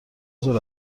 ظهر